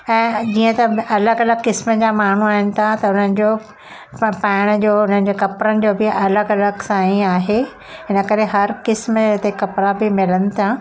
ऐं जीअं त अलॻि अलॻि क़िस्म जा माण्हू रहनि था त हुनजो प पाइण जो हुनजो कपिड़नि जो बि अलॻि अलॻि सां ही आहे हिनकरे हर क़िस्म जा हिते कपिड़ा बि मिलनि था